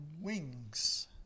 wings